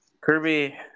Kirby